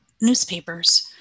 newspapers